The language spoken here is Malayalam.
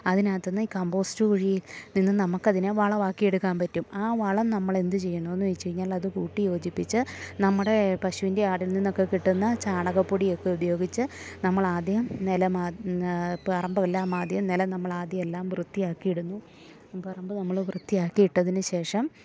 അതിനകത്തു നിന്ന് ഈ കമ്പോസ്റ്റ് കുഴിയിൽ നിന്ന് നമുക്കതിനെ വളമാക്കി എടുക്കാൻ പറ്റും ആ വളം നമ്മളെന്തു ചെയ്യണമെന്നു വെച്ചു കഴിഞ്ഞാൽ അതു കൂട്ടി യോജിപ്പിച്ച് നമ്മുടെ പശുവിൻ്റെ ആടിൽ നിന്നൊക്കെ കിട്ടുന്ന ചാണകപ്പൊടിയൊക്കെ ഉപയോഗിച്ച് നമ്മളാദ്യം പറമ്പെല്ലാം ആദ്യം നിലം നമ്മളാദ്യം എല്ലാം വൃത്തിയാക്കിയിടുന്നു പറമ്പ് നമ്മൾ വൃത്തിയാക്കി ഇട്ടതിനു ശേഷം